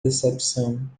decepção